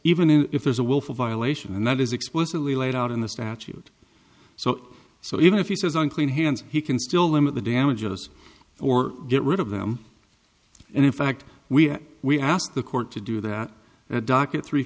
even if there's a willful violation and that is explicitly laid out in the statute so so even if he says unclean hands he can still limit the damages or get rid of them and in fact we we asked the court to do that docket three